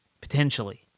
Potentially